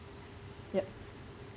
yup